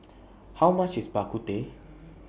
How much IS Bak Kut Teh